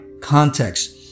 context